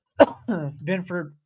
Benford